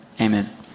amen